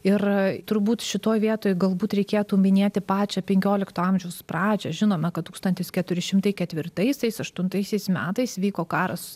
ir turbūt šitoj vietoj galbūt reikėtų minėti pačią penkiolikto amžiaus pradžią žinome kad tūkstantis keturi šimtai ketvirtaisiais aštuntaisiais metais vyko karas